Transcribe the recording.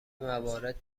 موارد